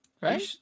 Right